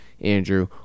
Andrew